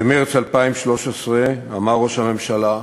במרס 2013, אמר ראש הממשלה: